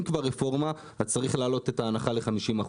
כבר רפורמה אז צריך להעלות את ההנחה ל-50%.